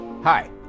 Hi